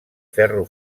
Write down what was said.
ferro